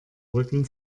rücken